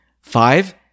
Five